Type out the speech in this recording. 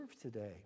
today